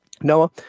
Noah